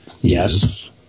yes